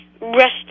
rest